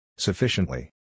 Sufficiently